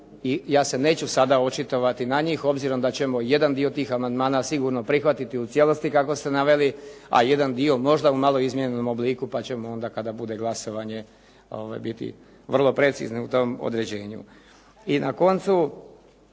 Ja se neću sada očitovati na njih, obzirom da ćemo jedan tih amandmana sigurno prihvatiti u cijelosti kako ste naveli, a jedan dio možda u malo izmijenjenom obliku pa ćemo onda kada bude glasovanje biti vrlo precizni u tom određenju. I na koncu